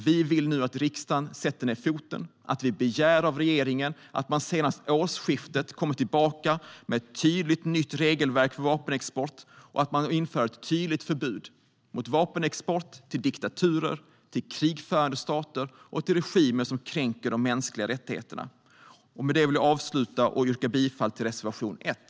Vi vill nu att riksdagen sätter ned foten och begär av regeringen att man senast vid årsskiftet kommer tillbaka med ett nytt och tydligt regelverk för vapenexport och inför ett tydligt förbud mot vapenexport till diktaturer, krigförande stater och regimer som kränker de mänskliga rättigheterna. Med det vill jag avsluta och yrka bifall till reservation 1.